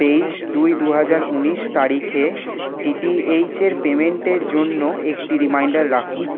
তেইশ দুই দু হাজার উনিশ তারিখে ডি টি এইচের পেমেন্টের জন্য একটি রিমাইন্ডার রাখুন